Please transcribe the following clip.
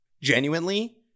genuinely